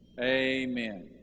amen